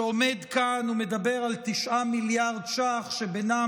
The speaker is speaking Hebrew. שעומד כאן ומדבר על 9 מיליארד ש"ח שבינם